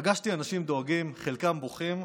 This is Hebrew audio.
פגשתי אנשים דואגים, חלקם בוכים,